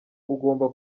ugomba